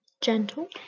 gentle